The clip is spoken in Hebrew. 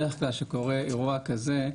בדרך כלל כשקורה אירוע כזה,